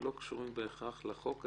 שלא קשורים בהכרח לחוק הזה,